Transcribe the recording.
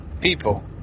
people